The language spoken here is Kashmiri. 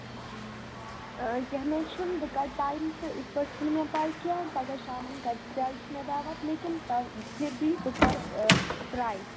کیٚنٛہہ نَہ حظ چھُنہٕ بہٕ کرٕ ٹایِم تہٕ اِتھ پٲٹھۍ چھُنہٕ مےٚ پا ے کیٚنٛہہ پَگاہ شامَن کَتہِ جایہِ چھُ مےٚ دعوت لیکِن پھِر بِی بہٕ کَرٕ ٹرٛاے